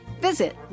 visit